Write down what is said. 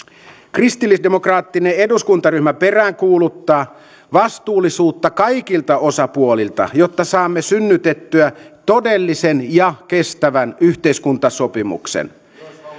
kristillisdemokraattinen eduskuntaryhmä peräänkuuluttaa vastuullisuutta kaikilta osapuolilta jotta saamme synnytettyä todellisen ja kestävän yhteiskuntasopimuksen